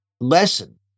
lesson